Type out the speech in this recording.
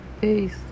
Peace